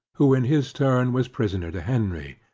who in his turn was prisoner to henry.